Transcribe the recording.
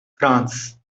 france